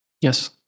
Yes